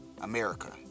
america